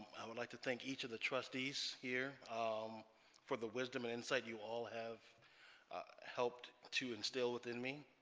i would like to thank each of the trustees here um for the wisdom and insight you all have helped to instill within me